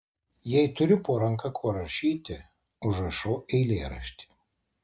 jei turiu po ranka kuo rašyti užrašau eilėraštį